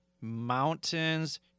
mountains